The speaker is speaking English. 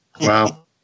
Wow